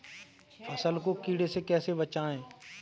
फसल को कीड़े से कैसे बचाएँ?